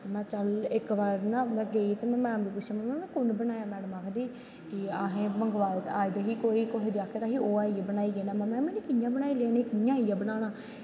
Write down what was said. ते में इक बार न चल में गेई ना में मैडम गी पुच्छेआ एह कुन्न बनाया मैड़म आखदी आई दी ही कोई ते ओह् आईयै बनाई गेदी ऐ महां कियां बनाई ते कियां आईया बनाना